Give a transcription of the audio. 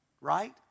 Right